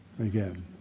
again